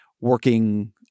working